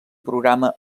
programa